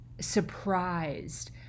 surprised